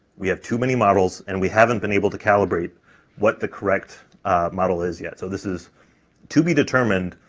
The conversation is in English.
we have too many models and we haven't been able to calibrate what the correct model is yet, so this is to be determined,